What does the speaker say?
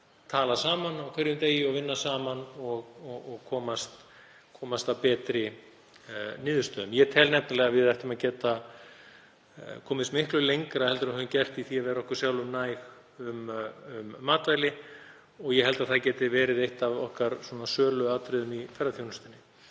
tala saman á hverjum degi og vinna saman og komast að betri niðurstöðu. Ég tel nefnilega að við ættum að geta komist miklu lengra en við höfum gert í því að vera okkur sjálfum næg um matvæli. Ég held að það geti verið eitt af okkar söluatriðum í ferðaþjónustunni.